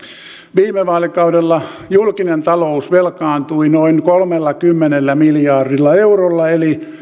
viime vaalikaudella julkinen talous velkaantui noin kolmellakymmenellä miljardilla eurolla eli